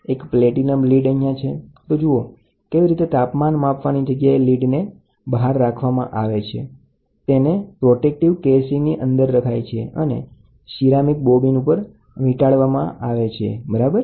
એક platinum lead અહીંયાં છે તો જુઓ તે કેવી રીતે તાપમાન માપવાની જગ્યાના સંપર્કમાં આવે છે આને સુરક્ષા કવચની અંદર રખાય છે અને સુરક્ષા કવચની અંદર લીડ સીરામીક બોબીન આસપાસ વિટંળાય છે બરાબર